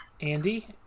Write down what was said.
Andy